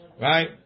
right